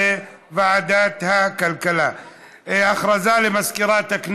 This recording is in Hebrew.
לוועדת הכלכלה נתקבלה.